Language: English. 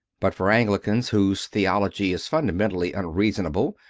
but for anglicans, whose theology is fundamentally unreasonable,